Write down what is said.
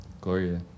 Gloria